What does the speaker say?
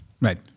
Right